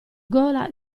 gola